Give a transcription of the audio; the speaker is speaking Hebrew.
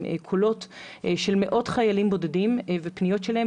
קולות של מאות חיילים בודדים ופניות שלהם,